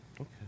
Okay